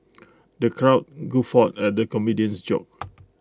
the crowd guffawed at the comedian's jokes